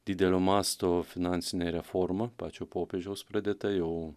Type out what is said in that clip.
didelio masto finansinė reforma pačio popiežiaus pradėta jau